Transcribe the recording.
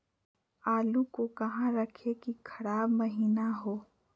आलू को कहां रखे की खराब महिना हो?